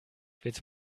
willst